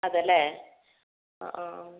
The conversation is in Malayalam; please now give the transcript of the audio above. അതെയല്ലേ ആ ആ